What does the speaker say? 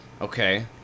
Okay